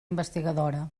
investigadora